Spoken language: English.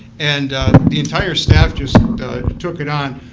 and the entire staff just took it on.